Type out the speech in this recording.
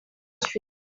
street